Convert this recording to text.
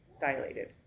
dilated